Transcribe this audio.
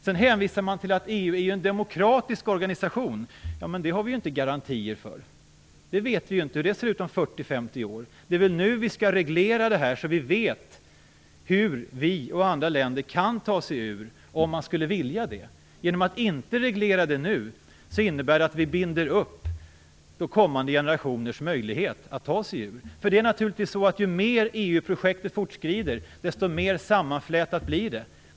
Sedan hänvisar man till att EU är en demokratisk organisation. Men det har vi inte garantier för. Det vet vi inte hur det ser ut om 40-50 år. Det är nu vi skall reglera det här så att vi vet hur Sverige och andra länder kan ta sig ur, om vi skulle vilja det. Genom att inte reglera det nu innebär det att vi binder upp kommande generationers möjlighet att ta sig ur. Ju mer EU-projektet fortskrider desto mer sammanflätat blir det naturligtvis.